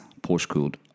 Porsche-cooled